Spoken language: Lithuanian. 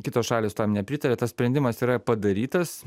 kitos šalys tam nepritaria tas sprendimas yra padarytas